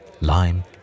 lime